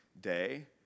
day